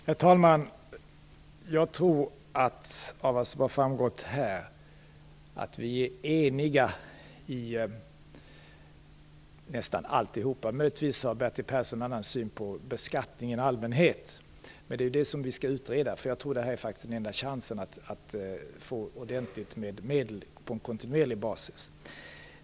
Herr talman! Jag tror av vad som har framgått här att vi är eniga i nästan allt. Möjligtvis har Bertil Persson en annan syn på beskattningen i allmänhet. Men det är det vi skall utreda, för jag tror faktiskt att det här är den enda chansen att få ordentligt tilltagna medel på en kontinuerlig basis.